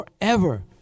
forever